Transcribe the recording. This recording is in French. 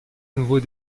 nouveaux